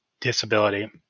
disability